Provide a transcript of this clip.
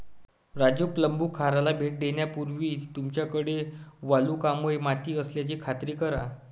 राजू प्लंबूखाराला भेट देण्यापूर्वी तुमच्याकडे वालुकामय माती असल्याची खात्री करा